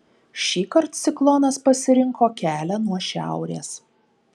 šįkart ciklonas pasirinko kelią nuo šiaurės